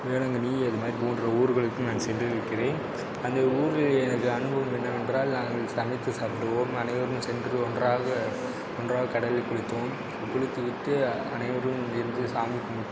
வேளாங்கண்ணி அது மாதிரி போன்ற ஊர்களுக்கு நான் சென்றிருக்கிறேன் அந்த ஊரில் எனக்கு அனுபவம் என்னவென்றால் நாங்கள் சமைத்து சாப்பிடுவோம் அனைவரும் சென்று ஒன்றாக ஒன்றாக கடலில் குளித்தோம் குளித்து விட்டு அனைவரும் இருந்து சாமி கும்பு